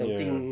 ya